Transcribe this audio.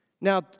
Now